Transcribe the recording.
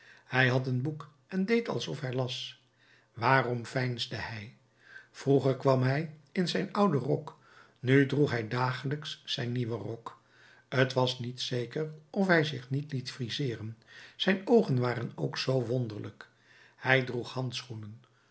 hij had een boek en deed alsof hij las waarom veinsde hij vroeger kwam hij in zijn ouden rok nu droeg hij dagelijks zijn nieuwen rok t was niet zeker of hij zich niet liet friseeren zijn oogen waren ook zoo wonderlijk hij droeg handschoenen